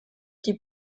die